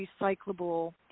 recyclable